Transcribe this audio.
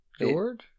George